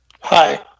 Hi